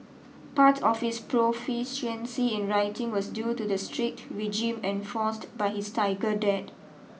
part of his proficiency in writing was due to the strict regime enforced by his tiger dad